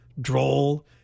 droll